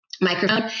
microphone